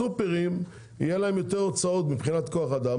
יהיו לסופרים יותר הוצאות מבחינת כוח אדם,